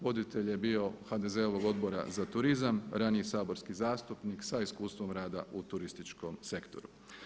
Voditelj je bio HDZ-ovog Odbora za turizam, raniji saborski zastupnik sa iskustvom rada u turističkom sektoru.